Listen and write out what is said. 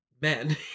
Men